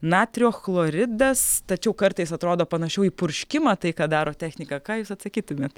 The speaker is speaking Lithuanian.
natrio chloridas tačiau kartais atrodo panašiau į purškimą tai ką daro technika ką jūs atsakytumėte